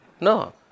No